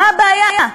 מה הבעיה?